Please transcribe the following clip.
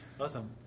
Awesome